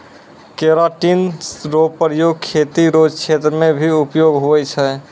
keratin रो प्रयोग खेती रो क्षेत्र मे भी उपयोग हुवै छै